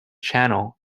channel